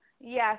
Yes